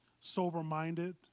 sober-minded